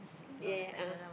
ya ya a'ah